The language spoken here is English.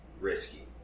risky